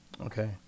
Okay